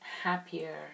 happier